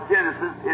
Genesis